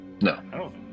No